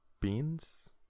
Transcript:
Beans